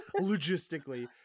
logistically